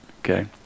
Okay